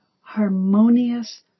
harmonious